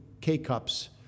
K-Cups